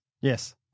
yes